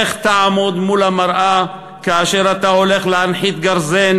איך תעמוד מול המראה כאשר אתה הולך להנחית גרזן